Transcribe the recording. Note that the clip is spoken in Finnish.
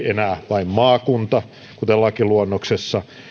vain maakunta kuten lakiluonnoksessa